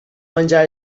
menjar